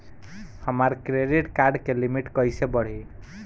हमार credit card के limit कइसे बढ़ी?